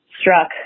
struck